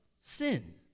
sin